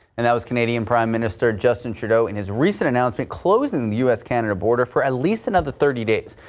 and that was canadian prime minister justin trudeau in his recent announcement close in the u s. canada border for at least another thirty days.